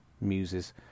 muses